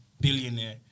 billionaire